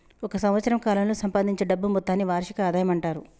ఒక సంవత్సరం కాలంలో సంపాదించే డబ్బు మొత్తాన్ని వార్షిక ఆదాయం అంటారు